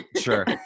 Sure